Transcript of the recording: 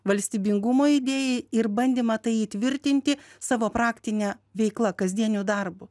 valstybingumo idėjai ir bandymą tai įtvirtinti savo praktine veikla kasdieniu darbu